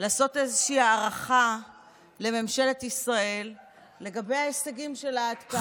לעשות איזושהי הערכה לממשלת ישראל לגבי ההישגים שלה עד כאן.